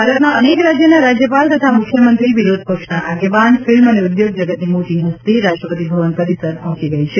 ભારતના અનેક રાજ્યના રાજ્યપાલ તથા મુખ્યમંત્રી વિરોધ પક્ષના આગેવાન ફિલ્મ અને ઉદ્યોગ જગતની મોટી હસ્તી રાષ્ટ્રપતિ ભવન પરિસર પહોંચી ગઈ છે